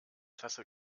tasse